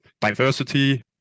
diversity